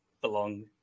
belong